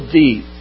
deep